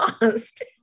lost